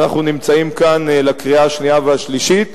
ואנחנו נמצאים כאן לקריאה השנייה והשלישית.